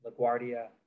LaGuardia